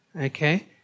Okay